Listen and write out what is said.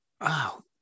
Wow